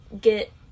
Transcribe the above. get